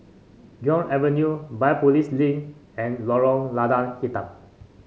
Guok Avenue Biopolis Link and Lorong Lada Hitam